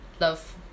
Love